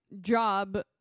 job